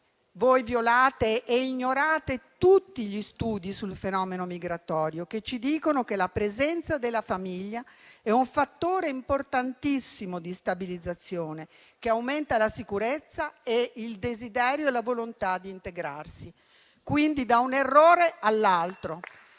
voi violate e ignorate tutti gli studi sul fenomeno migratorio, che ci dicono che la presenza della famiglia è un fattore importantissimo di stabilizzazione, che aumenta la sicurezza e il desiderio e la volontà di integrarsi. Quindi passate da un errore all'altro,